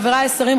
חבריי השרים,